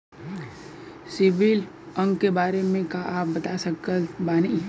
CIBIL अंक के बारे मे का आप बता सकत बानी?